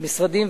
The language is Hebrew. גם משרדים?